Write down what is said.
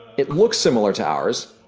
it looks similar to ours,